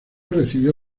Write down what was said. recibió